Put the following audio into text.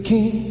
King